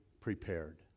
prepared